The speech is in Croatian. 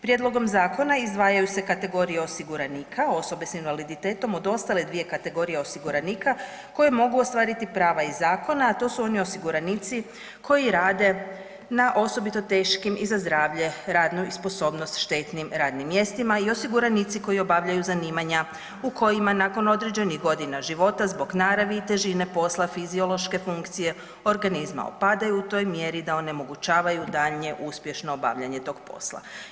Prijedlogom zakona izdvajaju se kategorije osiguranika, osobe s invaliditetom od ostale 2 kategorije osiguranika koje mogu ostvariti prava iz zakona, a to su oni osiguranici koji rade na osobito teškim i za zdravlje radnu i sposobnost štetnim radnim mjestima i osiguranici koji obavljaju zanimanja u kojima nakon određenih godina života zbog naravi i težine posla fiziološke funkcije organizma opadaju u toj mjeri da onemogućavaju daljnje uspješno obavljanje tog posla.